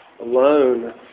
alone